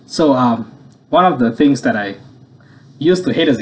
so um one of the things that I used to hate as a